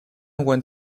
went